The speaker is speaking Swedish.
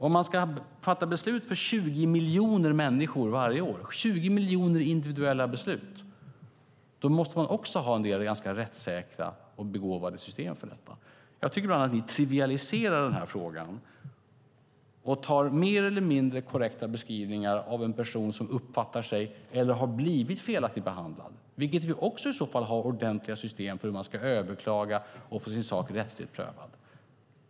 Om man ska fatta beslut i 20 miljoner fall varje år, 20 miljoner individuella beslut, måste man också ha ganska rättssäkra och begåvade system. Jag tycker ibland att ni trivialiserar den här frågan och tar upp mer eller mindre korrekta beskrivningar av personer som uppfattar sig som, eller har blivit, felaktigt behandlade. Även där har vi i så fall ordentliga system för att överklaga och få sin sak rättsligt prövad.